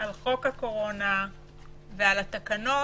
על חוק הקורונה ועל התקנות,